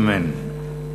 אמן.